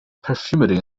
perfumery